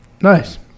Nice